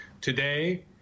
Today